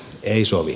ei sovi